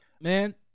man